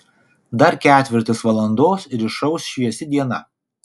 dar ketvirtis valandos ir išauš šviesi diena